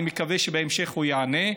אני מקווה שבהמשך הוא ייענה.